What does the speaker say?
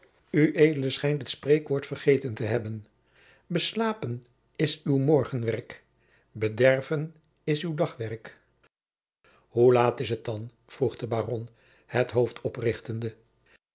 ued schijnt het spreekwoord vergeten te hebben beslapen is uw morgenwerk bederven is uw dagwerk hoe laat is het dan vroeg de baron het hoofd oprichtende